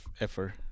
effort